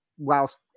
Whilst